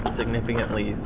significantly